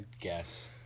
guess